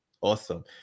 Awesome